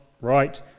right